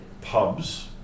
pubs